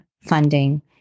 funding